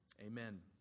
Amen